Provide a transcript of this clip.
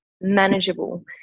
manageable